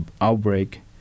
outbreak